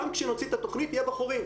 גם כשנוציא את התכנית יהיו בה חורים.